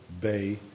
bay